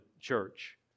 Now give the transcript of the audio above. church